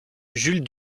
jules